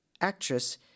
actress